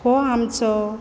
हो आमचो